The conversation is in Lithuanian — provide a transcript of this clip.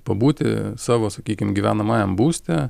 pabūti savo sakykim gyvenamajam būste